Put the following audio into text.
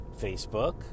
Facebook